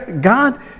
God